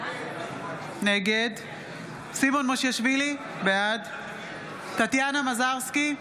נגד סימון מושיאשוילי, בעד טטיאנה מזרסקי,